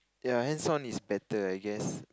ya hands on is better I guess